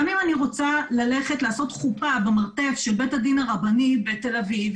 גם אם אני רוצה ללכת לעשות חופה במרתף של בית הדין הרבני בתל אביב,